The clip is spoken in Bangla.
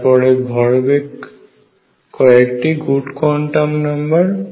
তারপরে ভরবেগ কয়েকটি গুড কোয়ান্টাম নাম্বার